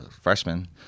freshman